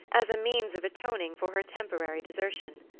as a means of atoning for her temporary desertion.